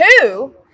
two